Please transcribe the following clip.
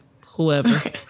Whoever